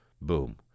boom